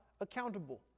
accountable